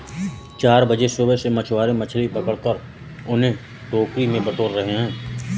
चार बजे सुबह से मछुआरे मछली पकड़कर उन्हें टोकरी में बटोर रहे हैं